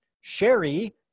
Sherry